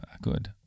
good